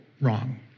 wrong